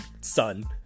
son